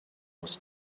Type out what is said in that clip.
was